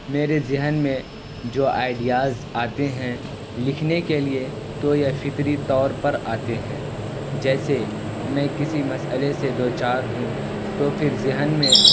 میرے ذہن میں جو آئیڈیاز آتے ہیں لکھنے کے لیے تو یہ فطری طور پر آتے ہیں جیسے میں کسی مسئلے سے دو چار ہوں تو پھر ذہن میں